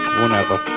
whenever